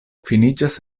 finiĝas